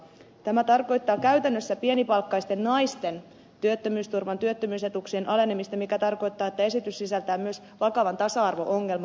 tämä tarkoittaa käytännössä pienipalkkaisten naisten työttömyysturvan työttömyysetuuksien alenemista mikä tarkoittaa että esitys sisältää myös vakavan tasa arvo ongelman